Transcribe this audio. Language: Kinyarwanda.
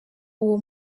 uwo